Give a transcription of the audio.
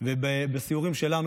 ובסיורים שלנו,